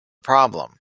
problem